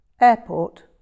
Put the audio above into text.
airport